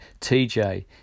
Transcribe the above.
TJ